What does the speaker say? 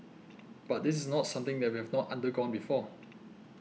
but this is not something that we have not undergone before